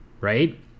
right